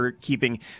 keeping